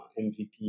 MVP